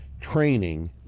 training